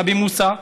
נבי מוסא.